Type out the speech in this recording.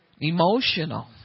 Emotional